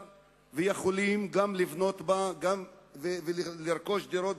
ויכולים גם לבנות בה ולרכוש דירות,